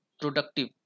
productive